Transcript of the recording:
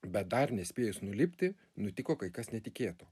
bet dar nespėjus nulipti nutiko kai kas netikėto